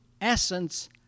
essence